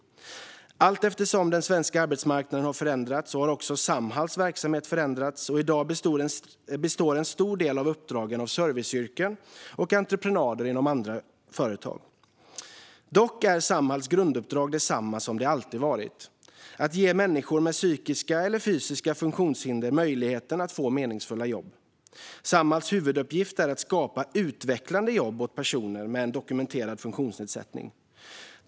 Allteftersom den svenska arbetsmarknaden har förändrats har också Samhalls verksamhet förändrats. I dag består en stor del av uppdragen av serviceyrken och entreprenader inom andra företag. Dock är Samhalls grunduppdrag detsamma som det alltid har varit: att ge människor med psykiska eller fysiska funktionshinder möjlighet att få meningsfulla jobb. Samhalls huvuduppgift är att skapa utvecklande jobb åt personer med en dokumenterad funktionsnedsättning.